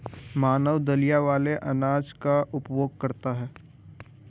मानव दलिया वाले अनाज का उपभोग करता है